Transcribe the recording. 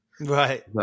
Right